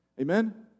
amen